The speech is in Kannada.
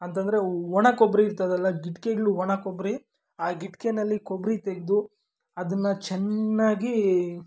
ಅಂತಂದರೆ ಒಣ ಕೊಬ್ಬರಿ ಇರ್ತದಲ್ಲ ಗಿಟ್ಕೆಗಳು ಒಣ ಕೊಬ್ಬರಿ ಆ ಗಿಟ್ಕೆನಲ್ಲಿ ಕೊಬ್ಬರಿ ತೆಗೆದು ಅದನ್ನು ಚೆನ್ನಾಗಿ